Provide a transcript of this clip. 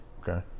Okay